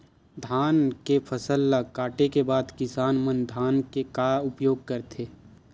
धान के फसल ला काटे के बाद किसान मन धान के का उपयोग करथे?